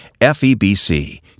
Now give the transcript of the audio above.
FEBC